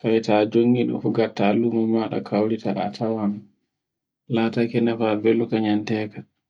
tawe ta jongi ɗum fu gatta lumo maɗa kaurita a tawan, latake nafa ɓelda nyamteka.